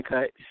Cut